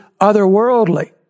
otherworldly